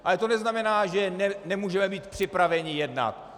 Ale to neznamená, že nemůžeme být připraveni jednat.